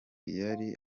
yari